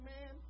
man